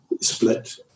split